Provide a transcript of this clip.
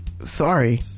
Sorry